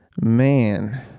Man